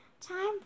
time